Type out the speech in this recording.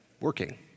working